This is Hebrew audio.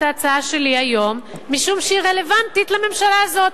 ההצעה שלי היום משום היא רלוונטית לממשלה הזאת.